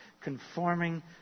Conforming